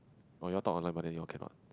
!wow! you all talk online but you all cannot